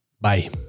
Bye